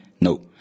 No